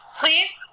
please